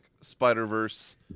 Spider-Verse